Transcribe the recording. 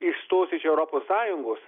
išstos iš europos sąjungos